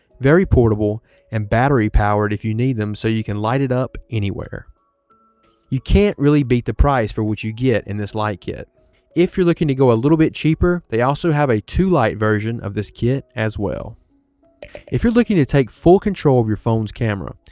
very portable and battery-powered if you need them so you can light it up anywhere you can't really beat the price for what you get in this light kit if you're looking to go a little bit cheaper. they also have a two light version of this kit as well if you're looking to take full control of your phone's camera,